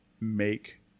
make